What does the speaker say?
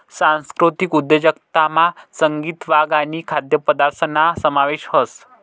सांस्कृतिक उद्योजकतामा संगीत, वाद्य आणि खाद्यपदार्थसना समावेश व्हस